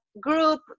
group